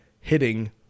hitting